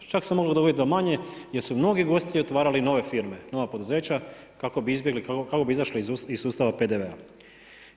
Čak se moglo dogoditi i manje jer su mnogi gosti otvarali nove firme, nova poduzeća kako bi izašli iz sustava PDV-a.